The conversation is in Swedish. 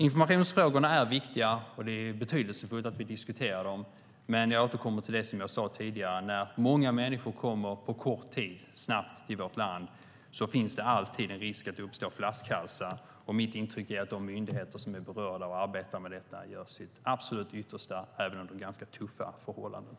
Informationsfrågorna är viktiga, och det är betydelsefullt att vi diskuterar dem. Men som jag sade tidigare återkommer jag till det. När många människor kommer under kort tid snabbt till vårt land finns det alltid en risk att det uppstår flaskhalsar. Mitt intryck är att de myndigheter som är berörda och arbetar med detta gör sitt absolut yttersta även under ganska tuffa förhållanden.